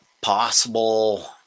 possible